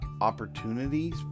opportunities